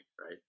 right